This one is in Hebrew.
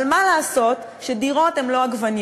אבל מה לעשות שדירות הן לא עגבניות.